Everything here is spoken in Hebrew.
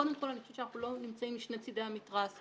קודם כול, אנחנו לא נמצאים משני צידי המתרס.